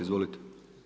Izvolite.